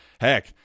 heck